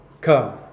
come